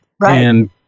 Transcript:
Right